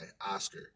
Oscar